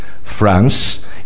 France